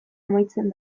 amaitzen